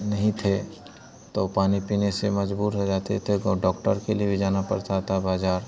नहीं थी तो पानी पीने से मजबूर हो जाते थे गाँव डॉक्टर के लिए भी जाना पड़ता था बाज़ार